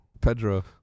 Pedro